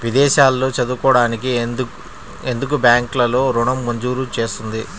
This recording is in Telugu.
విదేశాల్లో చదువుకోవడానికి ఎందుకు బ్యాంక్లలో ఋణం మంజూరు చేస్తుంది?